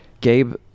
Gabe